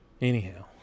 Anyhow